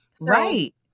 Right